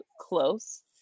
close